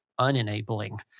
unenabling